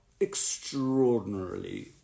extraordinarily